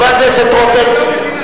אם אני לא מבין,